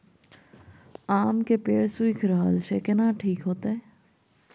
आम के पेड़ सुइख रहल एछ केना ठीक होतय?